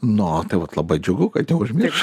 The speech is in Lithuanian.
nu tai vat labai džiugu kad neužmiršo